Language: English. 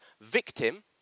victim